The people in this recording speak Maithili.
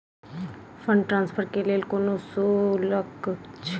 फंड ट्रान्सफर केँ लेल कोनो शुल्कसभ छै?